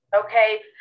okay